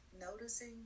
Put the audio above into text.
noticing